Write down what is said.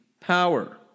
power